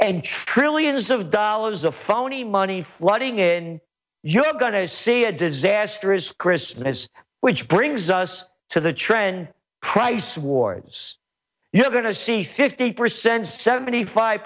and trillions of dollars of phony money flooding in you're going to see a disastrous christmas which brings us to the trend price wards you're going to see fifty percent seventy five